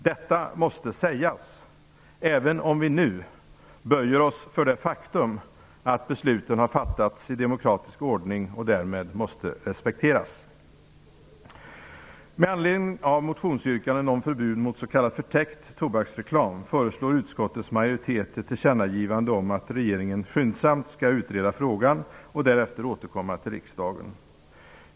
Detta måste sägas, även om vi nu böjer oss för det faktum att besluten har fattats i demokratisk ordning och därmed måste respekteras. Med anledning av motionsyrkandet om förbud mot s.k. förtäckt tobaksreklam föreslår utskottets majoritet ett tillkännagivande om att regeringen skyndsamt skall utreda frågan och därefter återkomma till riksdagen.